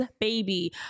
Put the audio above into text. baby